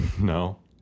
No